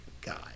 God